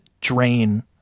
drain